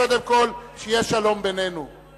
קודם כול שיהיה שלום בינינו.